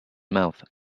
mouth